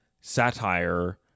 satire